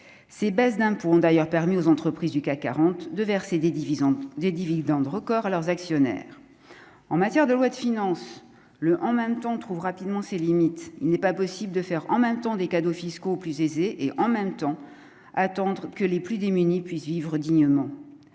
ces baisses d'impôts ont d'ailleurs permis aux entreprises du CAC 40 de verser des dividendes des dividendes record à leurs actionnaires en matière de loi de finances, le en même temps on trouve rapidement ses limites, il n'est pas possible de faire en même temps des cadeaux fiscaux aux plus aisés et en même temps, attendre que les plus démunis puissent vivre dignement